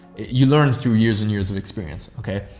you learn through years and years of experience. okay.